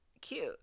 cute